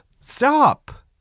stop